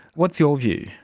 what's your view?